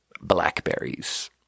blackberries